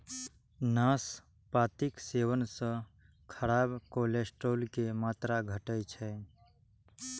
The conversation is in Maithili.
नाशपातीक सेवन सं खराब कोलेस्ट्रॉल के मात्रा घटै छै